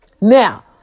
Now